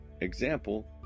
Example